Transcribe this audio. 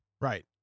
Right